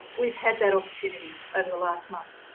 we've had that opportunity over the last month.